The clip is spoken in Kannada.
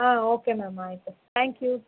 ಹಾಂ ಓಕೆ ಮ್ಯಾಮ್ ಆಯಿತು ತ್ಯಾಂಕ್ ಯು